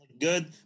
good